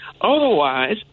Otherwise